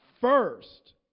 First